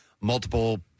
multiple